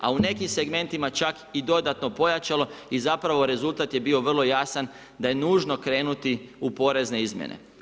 A u nekim segmentima čak i dodatno pojačalo i zapravo rezultat je bio vrlo jasan da je nužno krenuti u porezne izmjene.